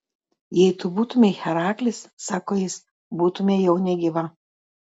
jei tu būtumei heraklis sako jis būtumei jau negyva